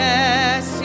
Yes